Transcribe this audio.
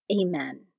Amen